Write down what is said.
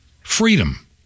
freedom